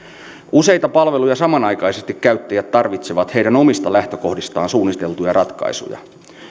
useita palveluja samanaikaisesti käyttävät tarvitsevat heidän omista lähtökohdistaan suunniteltuja ratkaisuja